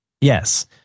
Yes